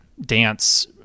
dance